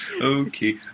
okay